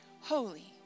holy